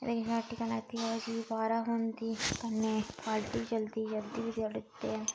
एह्दे शा हट्टिया लैती ओह चीज बारै थ्होंदी कन्नै जल्दी जल्दी ते